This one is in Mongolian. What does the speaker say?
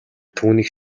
түүнийг